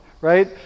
right